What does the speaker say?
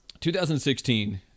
2016